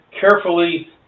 carefully